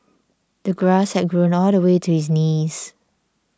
the grass had grown all the way to his knees